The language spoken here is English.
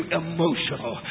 emotional